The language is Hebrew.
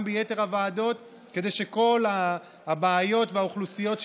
ביתר הוועדות כדי שכל הבעיות והאוכלוסיות,